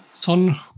Son